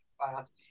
class